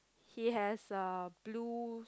he has a blue